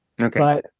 okay